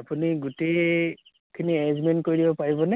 আপুনি গোটেইখিনি এৰেঞ্জমেণ্ট কৰি দিব পাৰিবনে